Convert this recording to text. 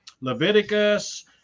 Leviticus